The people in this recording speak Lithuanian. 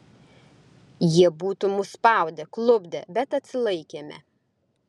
jie būtų mus spaudę klupdę bet atsilaikėme